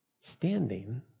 Standing